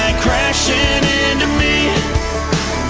crashin' into me